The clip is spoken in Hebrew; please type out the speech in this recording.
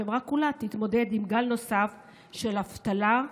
החברה כולה תתמודד עם גל נוסף של אבטלה,